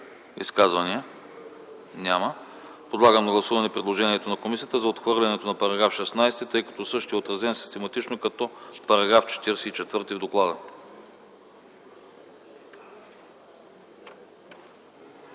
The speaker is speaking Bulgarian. Изказвания? Няма. Подлагам на гласуване предложението на комисията за отхвърляне на § 16, тъй като същият е отразен систематично като § 44 в доклада.